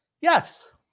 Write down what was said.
Yes